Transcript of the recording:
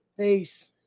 Peace